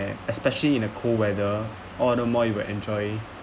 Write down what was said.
especially in a cold weather all the more you will enjoy